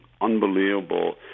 unbelievable